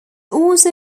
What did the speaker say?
also